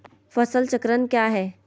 फसल चक्रण क्या है?